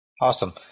Awesome